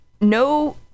no